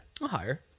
Higher